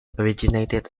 originated